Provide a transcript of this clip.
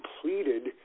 completed –